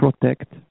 protect